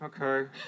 Okay